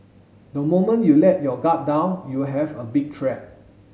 the moment you let your guard down you will have a big threat